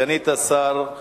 סגנית השר,